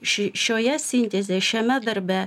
ši šioje sintezėj šiame darbe